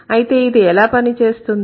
అయితే ఇది ఎలా పనిచేస్తుంది